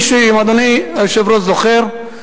אם אדוני היושב-ראש זוכר,